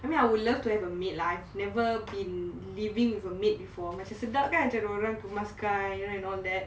I mean I would love to have a maid lah I've never been living with a maid before macam sedap kan ada orang kemaskan you and all that